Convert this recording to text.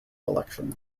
election